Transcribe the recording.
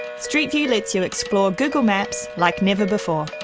street view lets you explore google maps like never before.